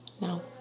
No